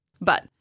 But-